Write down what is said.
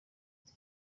iki